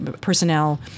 personnel